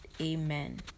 amen